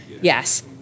yes